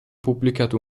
pubblicato